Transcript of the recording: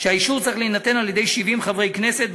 שהאישור צריך להינתן על-ידי 70 חברי כנסת.